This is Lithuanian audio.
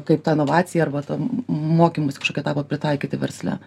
kaip tą inovaciją arba tą mokymąsi kažkokį tavo pritaikyti versle